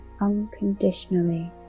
unconditionally